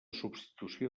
substitució